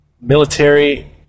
military